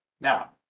Now